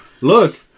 look